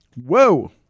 Whoa